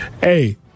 Hey